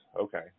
Okay